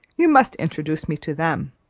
you must introduce me to them.